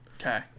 Okay